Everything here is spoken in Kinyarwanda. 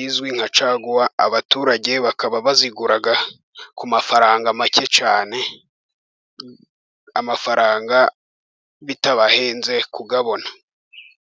izwi nka caguwa, abaturage bakaba bayigura ku mafaranga make cyane, amafaranga bitabahenze kuyabona.